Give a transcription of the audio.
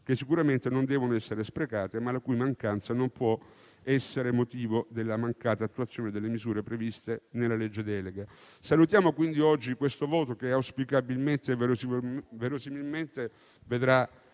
che sicuramente non devono essere sprecate, ma la cui mancanza non può essere motivo della mancata attuazione delle misure previste nella legge delega. Salutiamo quindi il voto odierno, che auspicabilmente e verosimilmente vedrà